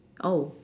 oh